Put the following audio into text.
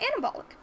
anabolic